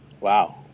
wow